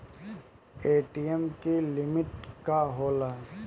ATM की limit का होला?